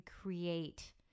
create